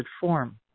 form